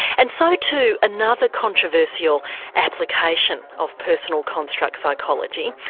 and so to another controversial application of personal construct psychology.